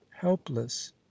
helpless